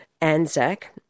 Anzac